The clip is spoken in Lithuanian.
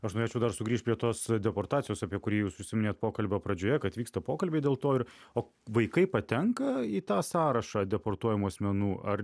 aš norėčiau dar sugrįžt prie tos deportacijos apie kurį jūs užsiminėt pokalbio pradžioje kad vyksta pokalbiai dėl to ir o vaikai patenka į tą sąrašą deportuojamų asmenų ar